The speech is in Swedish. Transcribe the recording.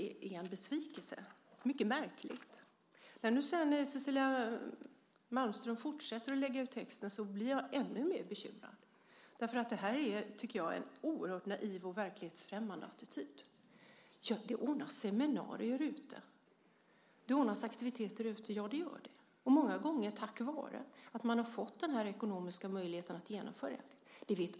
Fru talman! Jag kan konstatera att det svar som jag har fått är en besvikelse. Det är mycket märkligt. När Cecilia Malmström sedan fortsätter att lägga ut texten blir jag ännu mer bekymrad. Det här är, tycker jag, en oerhört naiv och verklighetsfrämmande attityd. Det ordnas seminarier ute. Det ordnas aktiviteter ute. Ja, det gör det. Många gånger sker det tack vare att man har fått den här ekonomiska möjligheten att genomföra det.